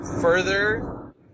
Further